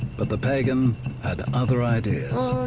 but the piegan had other ideas.